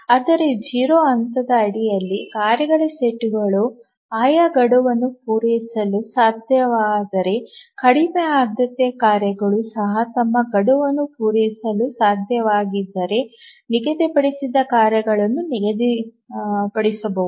ಆದರೆ 0 ಹಂತದ ಅಡಿಯಲ್ಲಿ ಕಾರ್ಯಗಳ ಸೆಟ್ಗಳು ಆಯಾ ಗಡುವನ್ನು ಪೂರೈಸಲು ಸಾಧ್ಯವಾದರೆ ಕಡಿಮೆ ಆದ್ಯತೆಯ ಕಾರ್ಯಗಳು ಸಹ ತಮ್ಮ ಗಡುವನ್ನು ಪೂರೈಸಲು ಸಮರ್ಥವಾಗಿದ್ದರೆ ನಿಗದಿಪಡಿಸಿದ ಕಾರ್ಯಗಳನ್ನು ನಿಗದಿಪಡಿಸಬಹುದು